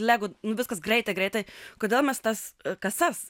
lego viskas greitai greitai kodėl mes tas kasas